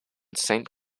saint